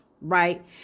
Right